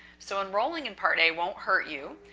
so enrolling in part a won't hurt you,